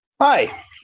hi